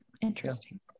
interesting